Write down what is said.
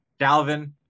Dalvin